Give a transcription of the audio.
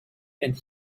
and